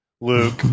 Luke